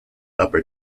upper